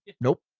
nope